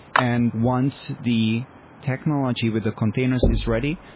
and once the technology with the containers is ready,